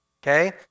Okay